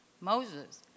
Moses